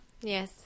Yes